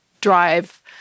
drive